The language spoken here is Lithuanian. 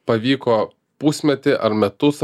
pavyko pusmetį ar metus